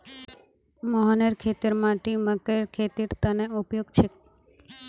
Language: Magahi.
मोहनेर खेतेर माटी मकइर खेतीर तने उपयुक्त छेक